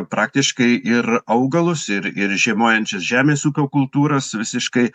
praktiškai ir augalus ir ir žiemojančias žemės ūkio kultūras visiškai